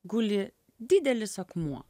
guli didelis akmuo